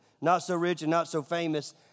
not-so-rich-and-not-so-famous